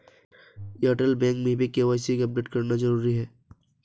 Airtel bank में भी KYC update करना जरूरी है